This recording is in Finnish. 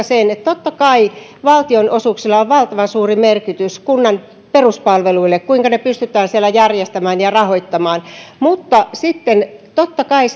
sen että totta kai valtionosuuksilla on valtavan suuri merkitys kunnan peruspalveluille kuinka ne pystytään siellä järjestämään ja rahoittamaan mutta sitten on totta kai